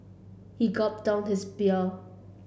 he gulped down his beer